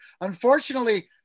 Unfortunately